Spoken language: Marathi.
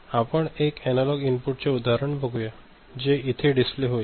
आपण एक अनालॉग इनपुट चे उदाहरण बघूया जे इथे डिस्प्ले होईल